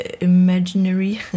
imaginary